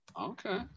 Okay